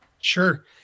Sure